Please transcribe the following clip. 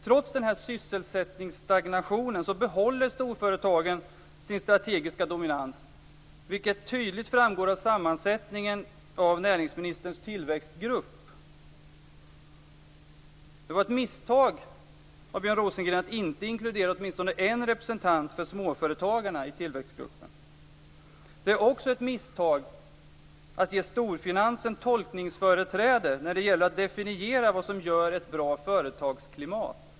Trots den här sysselsättningsstagnationen behåller storföretagen sin strategiska dominans, vilket tydligt framgår av sammansättningen av näringsministerns tillväxtgrupp. Det var ett misstag av Björn Rosengren att inte inkludera åtminstone en representant för småföretagarna i tillväxtgruppen. Det är också ett misstag att ge storfinansen tolkningsföreträde när det gäller att definiera vad som gör ett bra företagsklimat.